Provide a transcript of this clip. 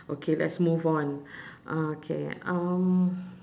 okay let's move on uh K um